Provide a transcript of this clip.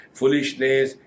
foolishness